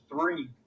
three